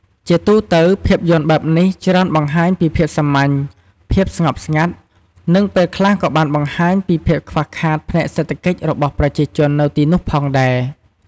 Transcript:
ជាទូទៅភាពយន្តបែបនេះច្រើនបង្ហាញពីភាពសាមញ្ញ ភាពស្ងប់ស្ងាត់ និងពេលខ្លះក៏បានបង្ហាញពីភាពខ្វះខាតផ្នែកសេដ្ឋកិច្ចរបស់ប្រជាជននៅទីនោះផងដែរ ។